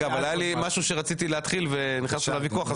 היה לי משהו שרציתי להתחיל ונכנסנו לוויכוח.